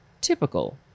typical